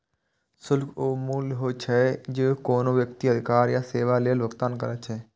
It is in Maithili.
शुल्क ऊ मूल्य होइ छै, जे कोनो व्यक्ति अधिकार या सेवा लेल भुगतान करै छै